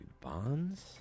Bonds